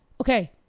okay